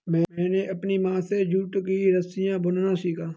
मैंने अपनी माँ से जूट की रस्सियाँ बुनना सीखा